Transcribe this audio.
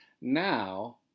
Now